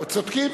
צודקים.